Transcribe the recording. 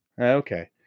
Okay